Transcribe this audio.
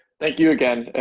thank you again.